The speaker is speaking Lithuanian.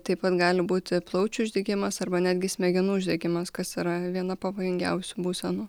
taip pat gali būti plaučių uždegimas arba netgi smegenų uždegimas kas yra viena pavojingiausių būsenų